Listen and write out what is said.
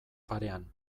parean